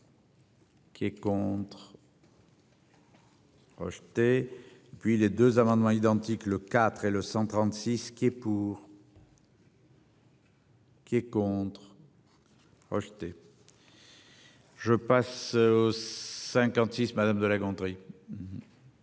Qui est contre. Rejeté puis les 2 amendements identiques, le 4 et le 136 quai pour. Qui est contre. Rejeté. Je passe. 56. Madame de La Gontrie.